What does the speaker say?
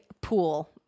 pool